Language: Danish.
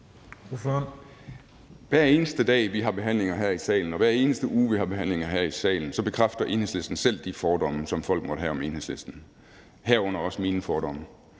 Hver eneste dag vi har behandlinger her i salen, og hver eneste uge vi har behandlinger her salen, bekræfter Enhedslisten selv de fordomme, som folk måtte have om Enhedslisten, herunder også mine fordomme,